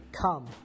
Come